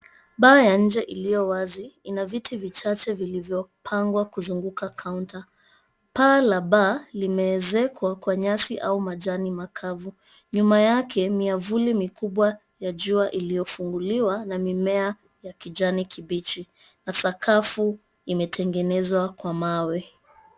Baa ya nje iliyowazi ina viti vichache vilivyopangwa kuzunguka kaunta. Paa la baa limeezekwa kwa nyasi au majani makavu. Nyuma yake miavuli mikubwa ya jua iliyofumuliwa na mimea ya kijani kibichi na sakafu imetengenezwa kwa mawe.